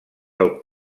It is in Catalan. del